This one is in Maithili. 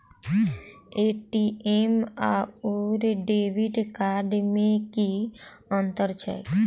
ए.टी.एम आओर डेबिट कार्ड मे की अंतर छैक?